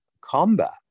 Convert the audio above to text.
combat